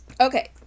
Okay